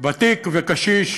ותיק וקשיש.